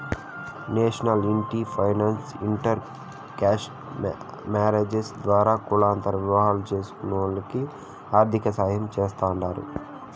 national ఇంటి finance inter caste marriages ద్వారా కులాంతర వివాహం చేస్కునోల్లకి ఆర్థికసాయం చేస్తాండారు